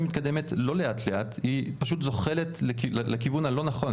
יש גם היבט ביטחוני.